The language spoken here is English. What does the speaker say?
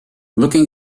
looking